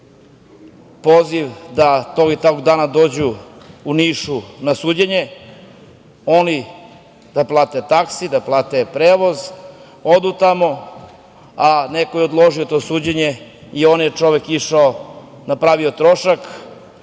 poziv da tog i tog dana dođu u Niš na suđenje. Oni plate taksi, da plate prevoz, odu tamo, a neko je odložio to suđenje i on je čovek išao, napravio trošak,